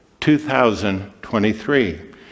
2023